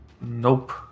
Nope